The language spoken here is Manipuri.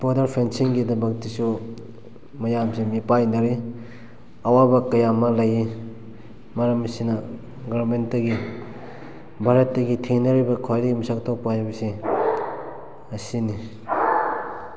ꯕꯣꯔꯗꯔ ꯐꯦꯟꯁꯤꯡꯒꯤꯗꯃꯛꯇꯁꯨ ꯃꯌꯥꯝꯁꯦ ꯃꯤꯄꯥꯏꯅꯔꯦ ꯑꯋꯥꯕ ꯀꯌꯥ ꯑꯃ ꯂꯩꯌꯦ ꯃꯔꯝ ꯑꯁꯤꯅ ꯒꯔꯃꯦꯟꯇꯒꯤ ꯚꯥꯔꯠꯇꯒꯤ ꯊꯦꯡꯅꯔꯤꯕ ꯈ꯭ꯋꯥꯏꯗꯩ ꯃꯁꯛ ꯊꯣꯛꯄ ꯍꯥꯏꯕꯁꯦ ꯑꯁꯤꯅꯤ